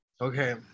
Okay